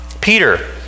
Peter